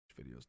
videos